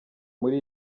muri